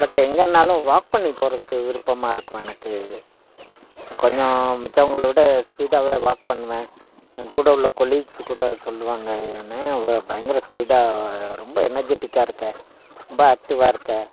பட்டு எங்கேனாலும் வாக் பண்ணிப் போகிறதுக்கு விருப்பமாக இருக்கும் எனக்கு கொஞ்சம் மித்தவங்கள விட ஸ்பீடாகவே வாக் பண்ணுவேன் என் கூட உள்ள கொலிக்ஸு கூட சொல்லுவாங்க என்னையா இவ்வளோ பயங்கர ஸ்பீடாக ரொம்ப எனர்ஜிட்டிக்காக இருக்கே ரொம்ப ஆக்டிவாக இருக்கே